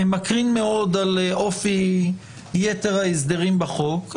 מקרין מאוד על אופי יתר ההסדרים בחוק.